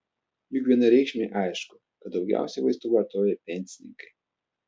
juk vienareikšmiai aišku kad daugiausiai vaistų vartoja pensininkai